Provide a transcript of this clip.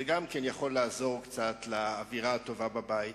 זה גם כן יכול לעזור קצת לאווירה הטובה בבית,